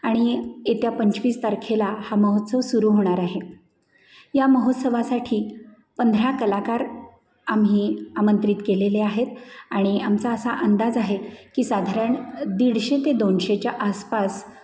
आणि येत्या पंचवीस तारखेला हा महोत्सव सुरू होणार आहे या महोत्सवासाठी पंधरा कलाकार आम्ही आमंत्रित केलेले आहेत आणि आमचा असा अंदाज आहे की साधारण अ दीडशे ते दोनशेच्या आसपास